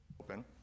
open